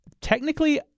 technically